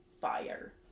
fire